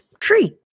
tree